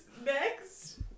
next